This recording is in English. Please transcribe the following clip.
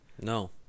No